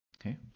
okay